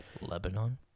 Lebanon